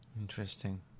Interesting